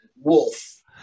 wolf